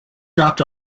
dropped